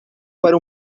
para